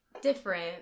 different